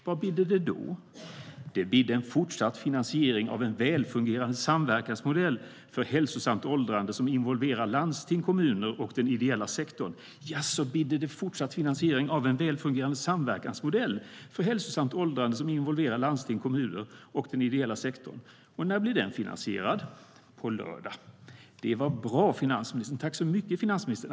Vad bidde det då?- Jaså, bidde det fortsatt finansiering av en väl fungerande samverkansmodell för hälsosamt åldrande som involverar landsting, kommuner och den ideella sektorn? När blir den färdig?- Det var bra, finansministern. Tack så mycket, finansministern!